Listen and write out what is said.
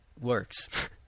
works